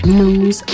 news